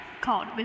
called